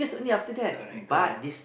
correct correct